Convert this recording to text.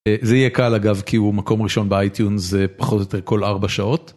זה יהיה קל אגב כי הוא מקום ראשון ב-iTune, זה פחות או יותר כל ארבע שעות.